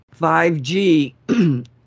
5G